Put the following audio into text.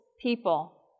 people